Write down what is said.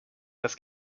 das